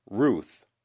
RUTH